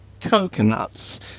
Coconuts